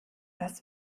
das